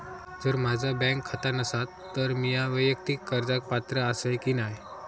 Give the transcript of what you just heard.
जर माझा बँक खाता नसात तर मीया वैयक्तिक कर्जाक पात्र आसय की नाय?